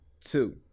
two